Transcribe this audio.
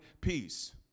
peace